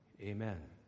Amen